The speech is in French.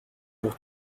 pour